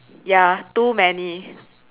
ya too many